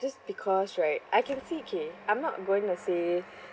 just because right I can see okay I'm not going to say